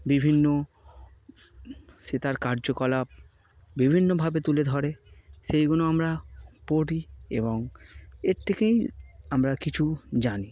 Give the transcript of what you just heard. বিভিন্ন সে তার কার্যকলাপ বিভিন্নভাবে তুলে ধরে সেইগুলো আমরা পড়ি এবং এর থেকেই আমরা কিছু জানি